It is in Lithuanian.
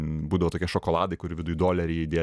būdavo tokie šokoladai kurių viduj doleriai įdė